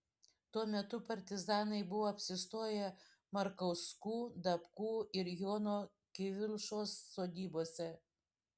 tuo metu partizanai buvo apsistoję markauskų dapkų ir jono kivilšos sodybose